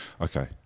okay